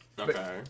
Okay